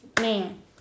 man